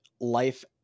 life